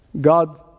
God